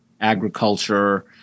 agriculture